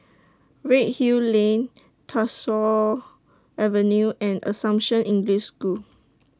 Redhill Lane Tyersall Avenue and Assumption English School